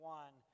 one